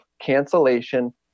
cancellation